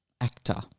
Actor